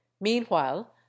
meanwhile